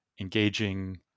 engaging